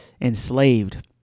enslaved